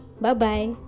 bye-bye